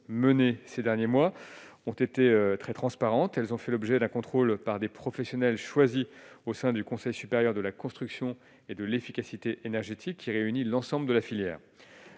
menées ces derniers mois ont été très transparentes, elles ont fait l'objet d'un contrôle par des professionnels choisis au sein du Conseil supérieur de la construction et de l'efficacité énergétique, qui réunit l'ensemble de la filière,